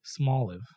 Smoliv